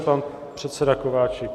Pan předseda Kováčik.